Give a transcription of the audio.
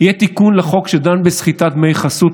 יהיה תיקון לחוק שדן בסחיטת דמי חסות,